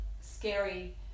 scary